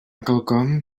quelcom